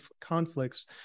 conflicts